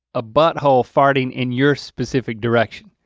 a butthole farting in your specific direction.